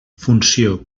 funció